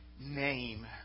name